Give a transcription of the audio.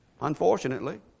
Unfortunately